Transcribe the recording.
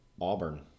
Auburn